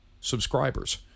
subscribers